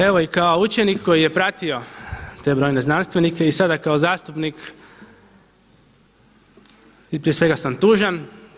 Evo i kao učenik koji je pratio te brojne znanstvenike i sada kao zastupnik i prije svega sam tužan.